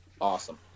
awesome